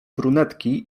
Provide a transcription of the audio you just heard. brunetki